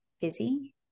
busy